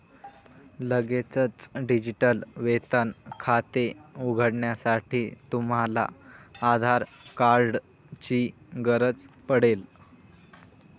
लगेचच डिजिटल वेतन खाते उघडण्यासाठी, तुम्हाला आधार कार्ड ची गरज पडेल